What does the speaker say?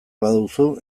baduzu